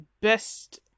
best